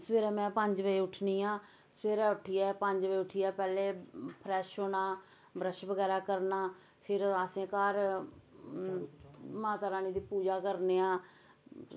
सवेरै मैं पंज बजे उट्ठनी आं सवेरै उट्ठियै पंज बजे उट्ठियै पैह्ले फ्रैश होना ब्रश बगैरा करना फिर असें घर माता रानी दी पूजा करने आं